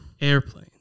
Airplane